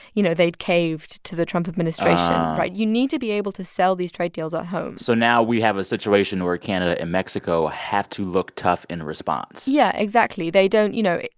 you know, they'd caved to the trump administration, right? you need to be able to sell these trade deals at home so now we have a situation where canada and mexico have to look tough in response yeah, exactly. they don't you know,